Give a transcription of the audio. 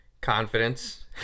confidence